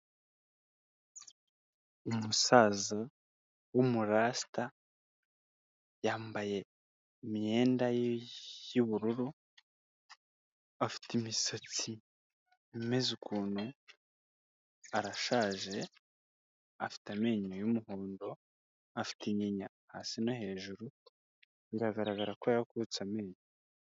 Umusaza w'umurasita, yambaye imyenda y'ubururu, afite imisatsi imeze ukuntu, arashaje, afite amenyo y'umuhondo, afite inyinya hasi no hejuru, biragaragara ko yakutse amenyo.